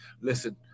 Listen